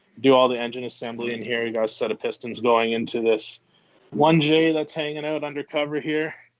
do all the engine assembly in here, and got a set of pistons going into this one j that's hangin' out undercover here.